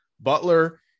Butler